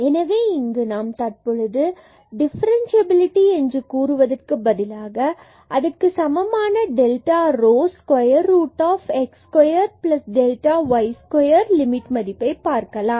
எனவே இங்கு நாம் தற்பொழுது டிஃபரண்சியபிலிடி என்று கூறுவதற்கு பதிலாக அதற்கு சமமாக delta delta rho rho square root delta delta x square square delta y square limit மதிப்பை பார்க்கலாம்